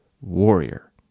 warrior